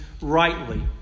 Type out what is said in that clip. rightly